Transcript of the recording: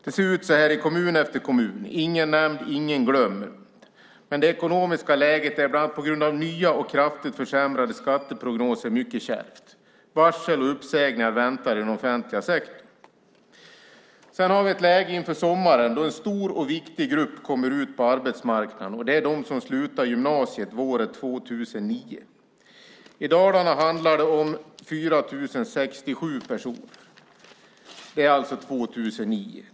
Så ser det ut i kommun efter kommun - ingen nämnd, ingen glömd. Det ekonomiska läget är bland annat på grund av nya och kraftigt försämrade skatteprognoser mycket kärvt. Varsel och uppsägningar väntar i den offentliga sektorn. Till sommaren kommer en stor och viktig grupp ut på arbetsmarknaden, nämligen de som slutar gymnasiet våren 2009. I Dalarna handlar det om 4 067 personer. Detta gäller alltså för år 2009.